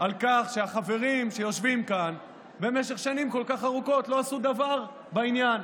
על כך שהחברים שיושבים כאן במשך שנים כל כך ארוכות לא עשו דבר בעניין,